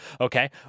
okay